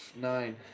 Nine